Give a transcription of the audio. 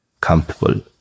comfortable